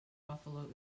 buffalo